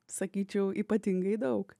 sakyčiau ypatingai daug